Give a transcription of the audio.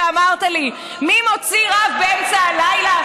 כשאמרת לי: מי מוציא רב באמצע הלילה?